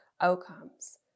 outcomes